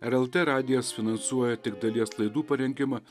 rlt radijas finansuoja tik dalies laidų parengimą